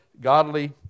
godly